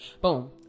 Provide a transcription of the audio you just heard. boom